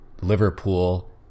Liverpool